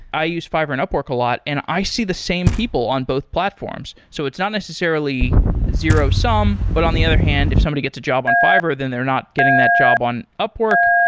i use fiverr and upwork a lot, and i see the same people on both platforms. so it's not necessarily zero-sum, but on the other hand, if somebody gets a job on fiverr then they're not getting that job on upwork.